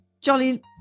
Jolly